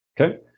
Okay